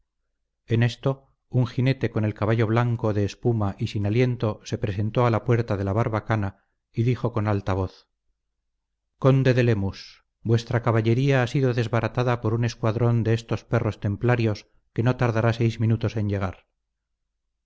en esto un jinete con el caballo blanco de espuma y sin aliento se presentó a la puerta de la barbacana y dijo con alta voz conde de lemus vuestra caballería ha sido desbaratada por un escuadrón de estos perros templarios que no tardará seis minutos en llegar